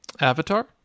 Avatar